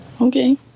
Okay